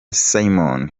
simon